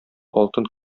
алтын